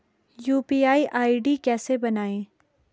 UPI ID कैसे बनायें?